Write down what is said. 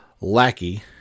lackey